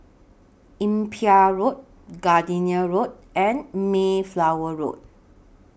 Imbiah Road Gardenia Road and Mayflower Road